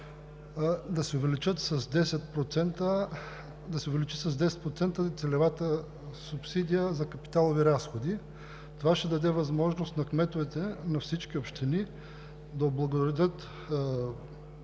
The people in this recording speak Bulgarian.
да се увеличи с 10% целевата субсидия за капиталови разходи. Това ще даде възможност на кметовете на всички общини да облагородят